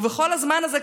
בכל הזמן הזה,